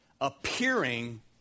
appearing